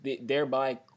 thereby